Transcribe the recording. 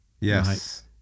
Yes